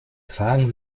tragen